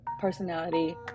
personality